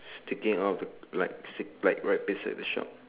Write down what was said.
sticking out of the like stick like right beside the shop